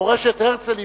מורשת הרצל,